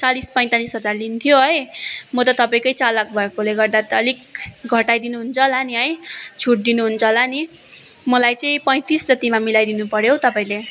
चालिस पैँतालिस हजार लिन्थ्यो है म त तपाईँकै चालक भएकोले गर्दा त अलिक घटाइ दिनुहुन्छ होला नि है छुट दिनुहुन्छ होला नि है मलाई चाहिँ पैँतिस जतिमा मिलाइदिनु पर्यो तपाईँले